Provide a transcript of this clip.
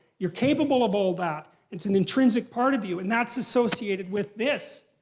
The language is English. you're capable of all that. it's an intrinsic part of you, and that's associated with this.